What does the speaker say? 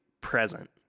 present